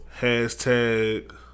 hashtag